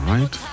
Right